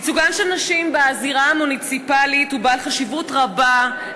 ייצוגן של נשים בזירה המוניציפלית הוא בעל חשיבות רבה,